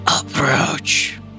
Approach